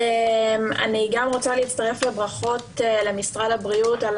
אני רוצה להצטרף לברכות למשרד הבריאות על